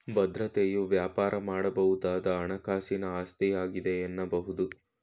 ಭದ್ರತೆಯು ವ್ಯಾಪಾರ ಮಾಡಬಹುದಾದ ಹಣಕಾಸಿನ ಆಸ್ತಿಯಾಗಿದೆ ಎನ್ನಬಹುದು